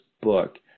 book